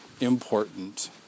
important